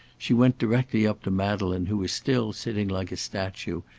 she went directly up to madeleine who was still sitting like a statue,